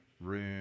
room